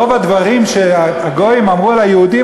רוב הדברים שהגויים אמרו על היהודים,